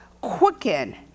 quicken